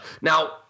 Now